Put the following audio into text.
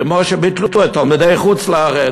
כמו שביטלו את תלמידי חוץ-לארץ,